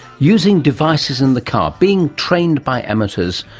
using devices in the car, being trained by amateurs,